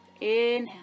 Inhale